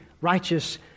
righteous